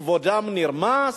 כבודם נרמס,